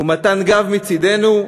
ומתן גב מצדנו.